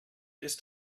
ist